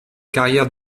carrière